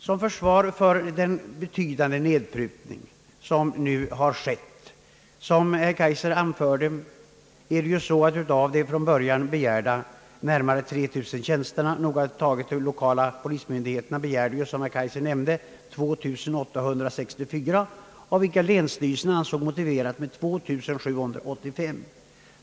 Som herr Kaijser anförde är det ju så att av de från början begärda närmare 3000 tjänsterna — noga taget hade de lokala polismyndigheterna, som herr Kaijser nämnde, begärt 2 864 — ansåg länsstyrelserna det motiverat med 2 785.